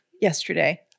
yesterday